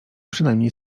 przynajmniej